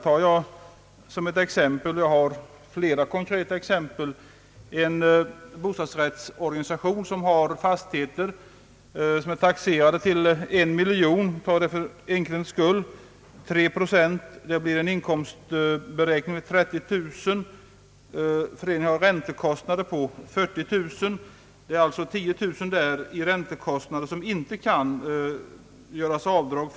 Låt mig ta ett exempel bland flesa: en bostadsrättsorganisation som har fastigheter taxerade till en miljon kronor. Tre procent skulle innebära en inkomst av 30000 kronor. Föreningen har räntekostnader på 40 000 kronor. Det blir alltså 10000 kronor i räntekostnader för vilka man inte kan göra avdrag.